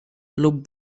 lub